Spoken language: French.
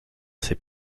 ses